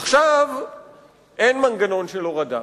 עכשיו אין מנגנון של הורדה,